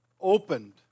opened